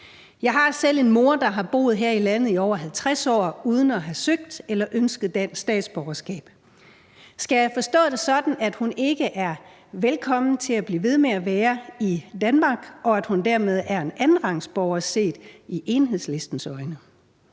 Jeg har selv en mor, der har boet her i landet i over 50 år uden at have søgt eller ønsket dansk statsborgerskab. Skal jeg forstå det sådan, at hun ikke er velkommen til at blive ved med at være i Danmark, og at hun dermed er en andenrangsborger set med Enhedslistens øjne?